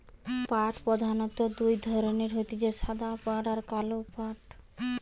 পাট প্রধানত দুই ধরণের হতিছে সাদা পাট আর কালো পাট